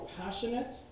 passionate